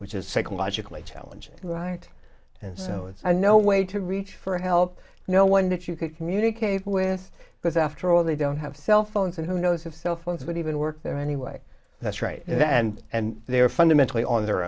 which is psychologically challenging right and so it's no way to reach for help no one that you could communicate with because after all they don't have cell phones and who knows if cell phones would even work there anyway that's right and they are fundamentally on their